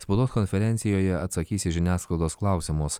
spaudos konferencijoje atsakys į žiniasklaidos klausimus